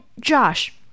Josh